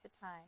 time